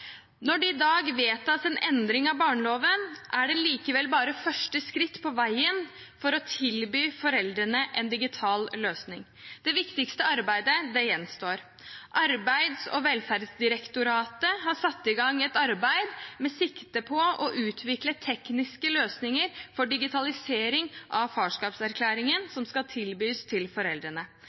Når det i dag vedtas en endring av barneloven, er det likevel bare første skritt på veien mot å tilby foreldrene en digital løsning. Det viktigste arbeidet gjenstår. Arbeids- og velferdsdirektoratet har satt i gang et arbeid med sikte på å utvikle tekniske løsninger for digitalisering av farskapserklæringen som skal tilbys til foreldrene.